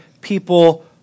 people